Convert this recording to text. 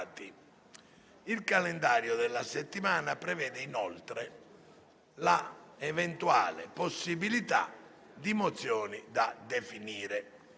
Il calendario della settimana prevede inoltre l'eventuale possibilità di mozioni da definire.